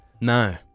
No